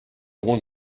want